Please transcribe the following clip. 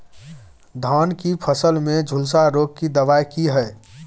धान की फसल में झुलसा रोग की दबाय की हय?